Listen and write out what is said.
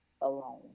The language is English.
alone